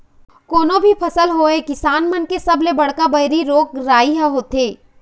कोनो भी फसल होवय किसान मन के सबले बड़का बइरी रोग राई ह होथे